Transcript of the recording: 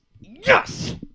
Yes